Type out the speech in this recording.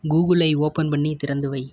கூகுளை open பண்ணி திறந்து வை